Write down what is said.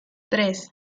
tres